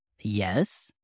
Yes